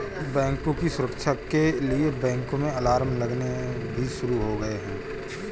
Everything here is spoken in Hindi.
बैंकों की सुरक्षा के लिए बैंकों में अलार्म लगने भी शुरू हो गए हैं